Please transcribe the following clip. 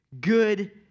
good